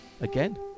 Again